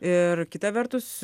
ir kita vertus